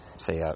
say